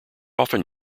often